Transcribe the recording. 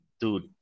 dude